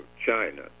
China